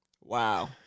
Wow